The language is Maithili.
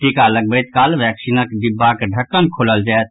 टीका लगबैत काल वैक्सीनक डिब्बाक ढक्कन खोलल जायत